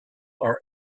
are